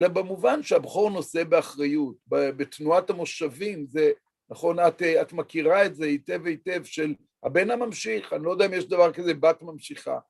גם במובן שהבכור נושא באחריות, בתנועת המושבים, זה נכון, את מכירה את זה היטב היטב של הבן הממשיך, אני לא יודע אם יש דבר כזה בת ממשיכה.